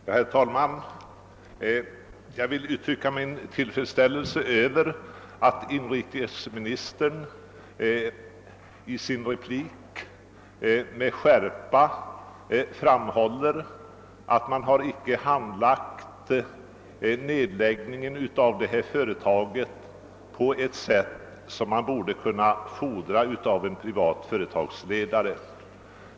Herr talman! Jag vill uttrycka min tillfredsställelse över att inrikesministern i sin replik med skärpa framhöll, att. nedläggningen av det ifrågavarande företaget inte handlagts på det sätt som kunde ha krävts av en privat företagsledare.